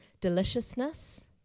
deliciousness